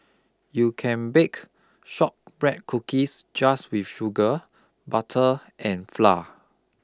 you can bake shortbread cookies just with sugar butter and flour